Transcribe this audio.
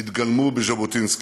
התגלמו בז'בוטינסקי.